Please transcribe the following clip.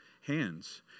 hands